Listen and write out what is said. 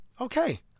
Okay